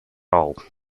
all